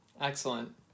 Excellent